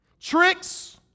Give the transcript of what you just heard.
tricks